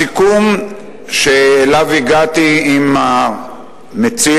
הסיכום שאליו הגעתי עם המציע,